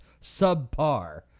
subpar